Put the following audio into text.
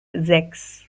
sechs